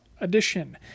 edition